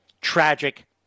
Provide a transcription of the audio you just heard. tragic